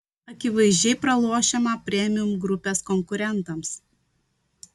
akivaizdžiai pralošiama premium grupės konkurentams